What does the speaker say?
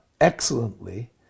excellently